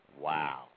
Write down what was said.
Wow